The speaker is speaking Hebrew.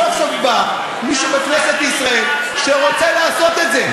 סוף-סוף בא מישהו מכנסת ישראל שרוצה לעשות את זה,